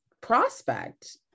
prospect